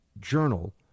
journal